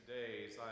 days